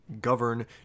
govern